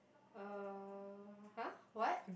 uh !huh! what